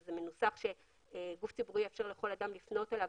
שזה מנוסח כך שגוף ציבורי יאפשר לכל אדם לפנות אליו,